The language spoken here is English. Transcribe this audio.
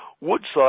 Woodside